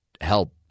help